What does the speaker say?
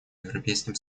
европейским